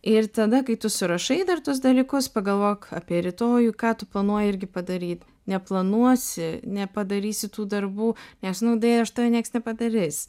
ir tada kai tu surašai dar tuos dalykus pagalvok apie rytojų ką tu planuoji irgi padaryt neplanuosi nepadarysi tų darbų nes nu deja už tave nieks nepadarys